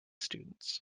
students